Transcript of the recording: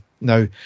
now